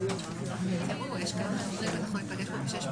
בשעה 10:00.